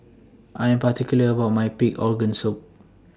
I Am particular about My Pig'S Organ Soup